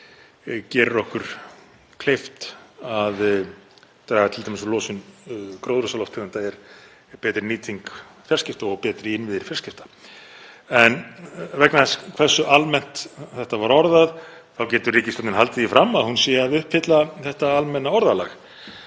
gerir okkur kleift að draga t.d. úr losun gróðurhúsalofttegunda er betri nýting fjarskipta og betri innviðir fjarskipta. En vegna þess hversu almennt þetta var orðað þá getur ríkisstjórnin haldið því fram að hún sé að uppfylla þetta almenna orðalag.